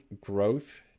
growth